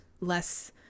less